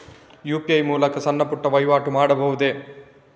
UPI ಮೂಲಕ ಸಣ್ಣ ಪುಟ್ಟ ವಹಿವಾಟು ಮಾಡಬಹುದೇ?